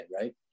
right